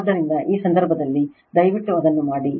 ಆದ್ದರಿಂದ ಆ ಸಂದರ್ಭದಲ್ಲಿ ದಯವಿಟ್ಟು ಅದನ್ನು ಮಾಡಿ